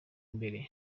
imbere